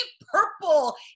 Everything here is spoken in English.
purple